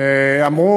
לא